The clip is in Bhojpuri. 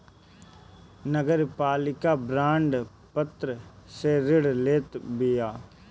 नगरपालिका बांड पत्र से ऋण लेत बिया